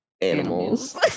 animals